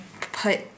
put